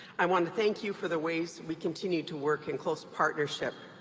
i want to thank you for the ways we continue to work in close partnership.